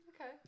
Okay